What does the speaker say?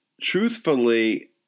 truthfully